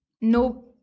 no